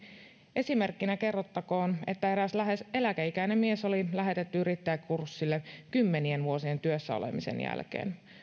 esimerkkinä kerrottakoon että eräs lähes eläkeikäinen mies oli lähetetty yrittäjäkurssille kymmenien vuosien työttömyyden jälkeen